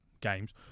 Games